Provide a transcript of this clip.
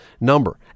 number